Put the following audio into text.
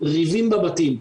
ריבים בבתים.